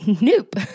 Nope